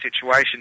situation